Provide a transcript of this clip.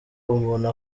umuntu